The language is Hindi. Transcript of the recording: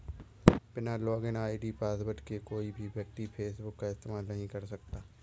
बिना लॉगिन आई.डी पासवर्ड के कोई भी व्यक्ति फेसबुक का इस्तेमाल नहीं कर सकता